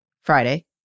Friday